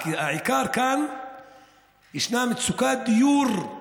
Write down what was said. כי העיקר כאן שישנה מצוקת דיור,